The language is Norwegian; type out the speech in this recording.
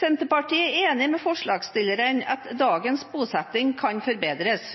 Senterpartiet er enig med forslagsstillerne i at dagens bosettingsordning kan forbedres.